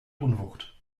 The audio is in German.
unwucht